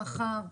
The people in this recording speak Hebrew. מחר,